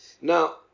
Now